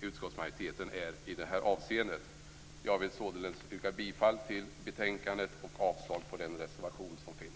utskottsmajoriteten i detta avseende. Jag vill således yrka bifall till hemställan i betänkandet och avslag på reservationen.